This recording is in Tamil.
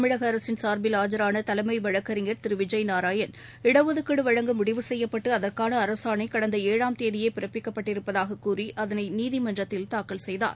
தமிழக அரசின் சார்பில் ஆஜரான தலைம் வழக்கறிஞர் திரு விஜய் நாராயன் இடஒதுக்கீடு வழங்க முடிவு செய்யப்பட்டு அதற்கான அரசானை கடந்த ஏழாம் தேதியே பிறப்பிக்கப்பட்டிருப்பதாக கூறி அதனை நீதிமன்றத்தில் தாக்கல் செய்தார்